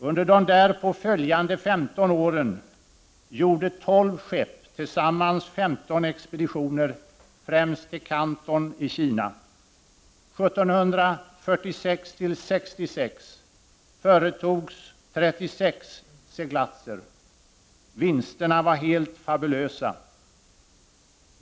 Under de följande 15 åren gjorde 12 skepp tillsammans 15 expeditioner främst till Canton i Kina. 1746-1766 företogs 36 seglatser. Vinsterna var helt fabulösa.